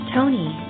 Tony